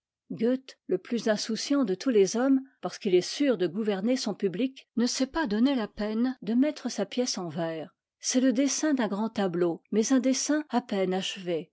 e plus insouciant de tous les hommes parce qu'il est sûr de gouverner son public ne s'est pas donné la peine de mettre sa pièce en vers c'est le dessin d'un grand tableau mais un dessin à peine achevé